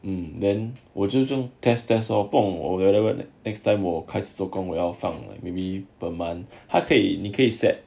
and then 我就这种 test test lor 不懂 whatever next time 我开始做工我要放 like maybe per month 他可以你可以 set